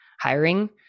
hiring